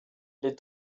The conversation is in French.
les